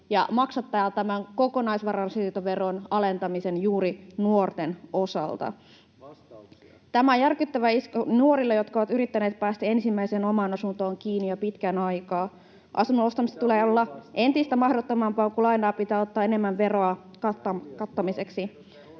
maksattaa tämän kokonaisvarainsiirtoveron alentamisen juuri nuorten osalla. Tämä on järkyttävä isku nuorille, jotka ovat yrittäneet päästä ensimmäiseen omaan asuntoonsa kiinni jo pitkän aikaa. Asunnon ostamisesta tulee entistä mahdottomampaa, kun lainaa pitää ottaa enemmän veron kattamiseksi.